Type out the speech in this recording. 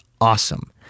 awesome